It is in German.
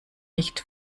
nicht